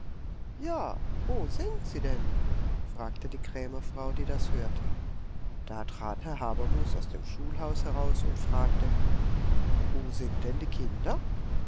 ja wo sind sie denn fragte die krämerfrau die das hörte da trat herr habermus aus dem schulhaus heraus und fragte wo sind denn die kinder